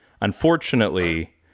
Unfortunately